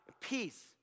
peace